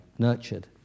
nurtured